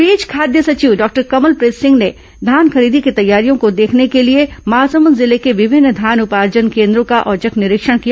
इस बीच खाद्य सचिव डॉक्टर कमलप्रीत सिंह ने धान खरीदी की तैयारियों को देखने के लिए महासमुंद जिले के विभिन्न धान उपार्जन केन्द्रो का औचक निरीक्षण किया